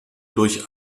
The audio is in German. durch